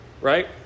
right